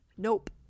Nope